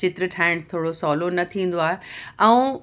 चित्र ठाहिणु थोरो सहूलो न थींदो आहे ऐं